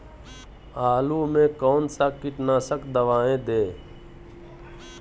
आलू में कौन सा कीटनाशक दवाएं दे?